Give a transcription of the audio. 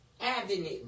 avenue